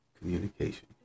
communication